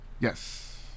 Yes